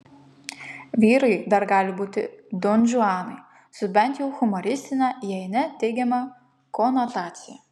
vyrai dar gali būti donžuanai su bent jau humoristine jei ne teigiama konotacija